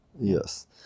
Yes